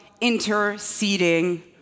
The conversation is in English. interceding